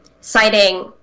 citing